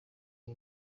iyi